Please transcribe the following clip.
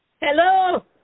hello